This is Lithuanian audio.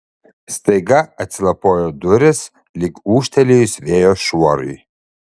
staiga atsilapojo durys lyg ūžtelėjus vėjo šuorui